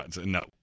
No